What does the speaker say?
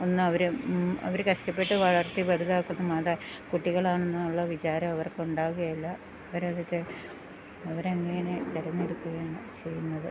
ഒന്നവർ അവർ കഷ്ടപ്പെട്ട് വളർത്തി വലുതാക്കുന്ന മാതാ കുട്ടികളാണ് എന്നുള്ള വിചാരം അവർക്ക് ഉണ്ടാകുകയില്ല അവരത് അവരങ്ങനെ തെരഞ്ഞെടുക്കുകയാണ് ചെയ്യുന്നത്